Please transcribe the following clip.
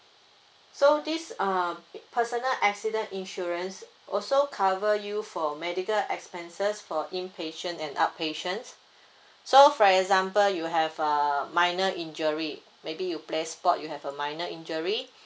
so this uh personal accident insurance also cover you for medical expenses for in patient and out patients so for example you have a minor injury maybe you play sport you have a minor injury